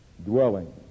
Dwelling